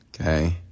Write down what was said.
okay